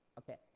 okay,